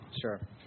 Sure